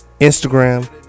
Instagram